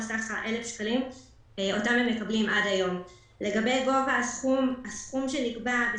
עם אמירה שמשרד הביטחון ערב לכך שהסיוע לחיילים יגיע בכל מחיר ובכל מצב?